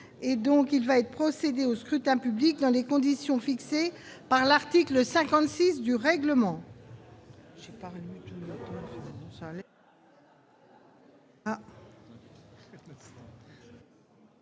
Il va être procédé au scrutin dans les conditions fixées par l'article 56 du règlement.